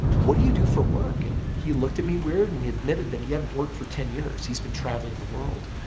what do you do for work? and he looked at me weird and he admitted that he hadn't worked for ten years. he's been traveling the world.